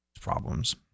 problems